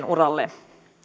uralle